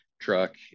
truck